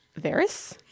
Varys